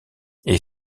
est